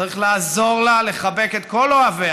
צריך לעזור לה לחבק את כל אוהביה,